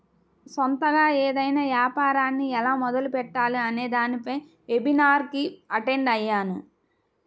సొంతగా ఏదైనా యాపారాన్ని ఎలా మొదలుపెట్టాలి అనే దానిపై వెబినార్ కి అటెండ్ అయ్యాను